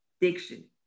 diction